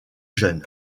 jeunes